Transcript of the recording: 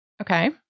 Okay